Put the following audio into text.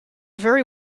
very